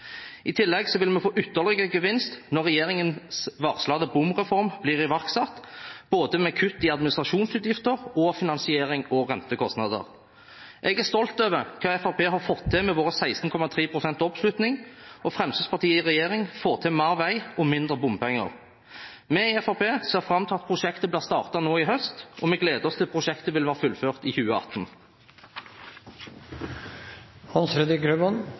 I tillegg vil vi få ytterligere gevinst når regjeringens varslede bomreform blir iverksatt, både ved kutt i administrasjonsutgifter og i finanserings- og rentekostnader. Jeg er stolt over hva Fremskrittspartiet har fått til med våre 16,3 pst. oppslutning. Fremskrittspartiet i regjering får til mer vei og mindre bompenger. Vi i Fremskrittspartiet ser fram til at prosjektet blir startet nå i høst, og vi gleder oss til at prosjektet vil være fullført i